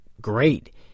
great